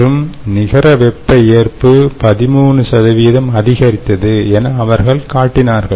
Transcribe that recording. மற்றும் நிகர வெப்ப ஏற்பு 13 அதிகரித்தது என அவர்கள் காட்டினார்கள்